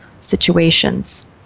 situations